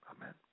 Amen